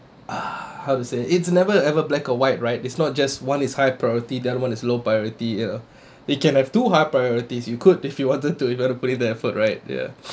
ah how to say it's never ever black or white right it's not just one is high priority the other one is low priority you know they can have two high priorities you could if you wanted to you want to put in the effort right ya